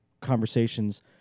conversations